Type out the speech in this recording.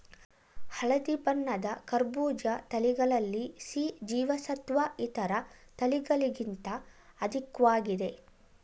ಹಳದಿ ಬಣ್ಣದ ಕರ್ಬೂಜ ತಳಿಗಳಲ್ಲಿ ಸಿ ಜೀವಸತ್ವ ಇತರ ತಳಿಗಳಿಗಿಂತ ಅಧಿಕ್ವಾಗಿದೆ